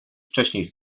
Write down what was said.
wcześniej